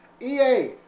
EA